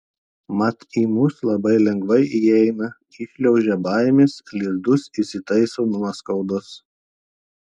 mat į mus labai lengvai įeina įšliaužia baimės lizdus įsitaiso nuoskaudos